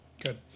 Good